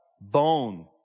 bone